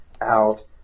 out